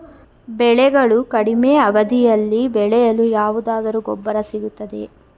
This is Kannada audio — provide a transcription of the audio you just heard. ಬೆಳೆಗಳು ಕಡಿಮೆ ಅವಧಿಯಲ್ಲಿ ಬೆಳೆಯಲು ಯಾವುದಾದರು ಗೊಬ್ಬರ ಸಿಗುತ್ತದೆಯೇ?